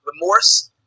remorse